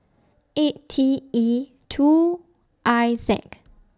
eight T E two I